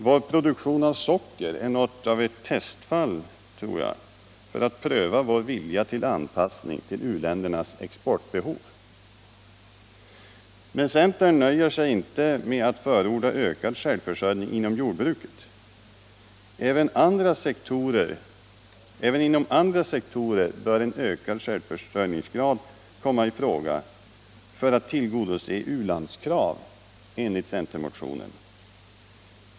Vår produktion av socker tror jag är något av ett testfall för att pröva vår vilja att anpassa oss till u-ländernas exportbehov. Men centern nöjer sig inte med att förorda ökad självförsörjning inom jordbruket. Även inom andra sektorer bör enligt centermotionen en ökad självförsörjningsgrad komma i fråga för att tillgodse u-ländernas krav.